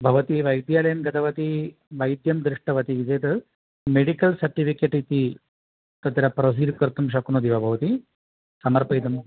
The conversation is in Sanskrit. भवती वैद्यालयं गतवती वैद्यं दृष्टवती चेत् मेडिकल् सर्टिफ़िकेट् इति तत्र प्रोसीड् कर्तुं शक्नोति वा भवती समर्पयितुम्